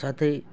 साथै